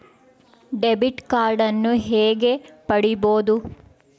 Debit ಕಾರ್ಡನ್ನು ಹೇಗೆ ಪಡಿಬೋದು?